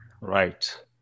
right